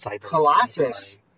Colossus